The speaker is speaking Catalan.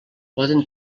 poden